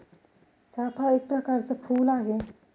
चाफा एक प्रकरच फुल आहे